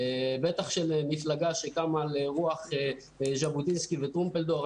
בטח של מפלגה שקמה ברוח ז'בוטינסקי וטרומפלדור.